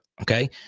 Okay